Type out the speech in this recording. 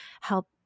help